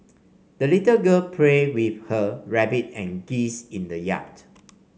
the little girl played with her rabbit and geese in the yard